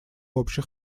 общих